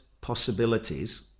possibilities